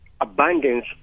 abundance